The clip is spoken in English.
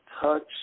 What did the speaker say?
touch